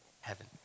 Heaven